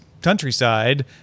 countryside